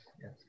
yes